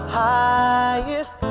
highest